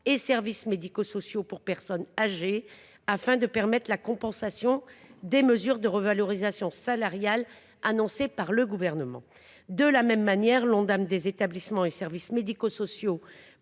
et services médico sociaux pour personnes âgées afin de permettre la compensation des mesures de revalorisation salariale annoncées par le Gouvernement. De la même manière, l’Ondam des établissements et services médico sociaux